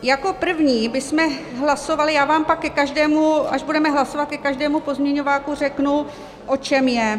Jako první bychom hlasovali já vám pak ke každému, až budeme hlasovat, ke každému pozměňováku řeknu, o čem je.